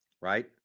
Right